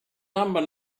number